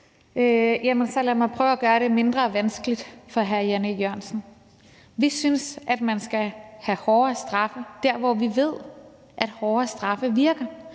så lad mig prøve at gøre det mindre vanskeligt for hr. Jan E. Jørgensen. Vi synes, at man skal have hårdere straffe der, hvor vi ved at hårdere straffe virker,